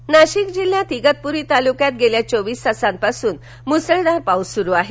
railway Nashik Nashik जिल्ह्यात इगतपुरी तालुक्यात गेल्या चोवीस तासांपासून मुसळधार पाऊस सुरु आहे